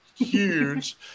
huge